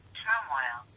turmoil